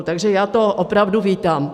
Takže já to opravdu vítám.